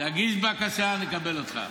תגיש בקשה, נקבל אותך.